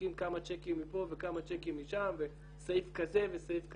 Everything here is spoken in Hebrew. זורקים כמה צ'קים מפה וכמה צ'קים משם וסעיף כזה וסעיף כזה.